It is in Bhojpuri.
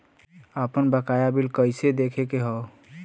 आपन बकाया बिल कइसे देखे के हौ?